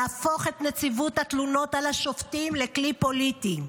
להפוך את נציבות התלונות על השופטים לכלי פוליטי.